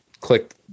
click